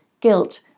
guilt